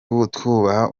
twubaha